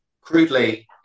Crudely